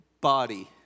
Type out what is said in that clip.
body